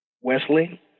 Wesley